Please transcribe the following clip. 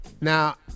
Now